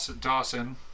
Dawson